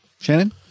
Shannon